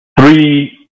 three